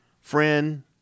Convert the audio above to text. friend